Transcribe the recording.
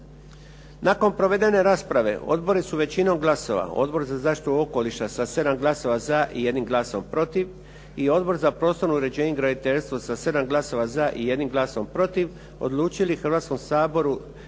Nakon proveden rasprave, odbori su većinom glasova, Odbor za zaštitu okoliša sa 7 glasova za i 1 glasom protiv i Odbor za prostorno uređenje i graditeljstvo sa 7 glasova za i 1 glasom protiv, odlučili Hrvatskom saboru